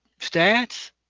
stats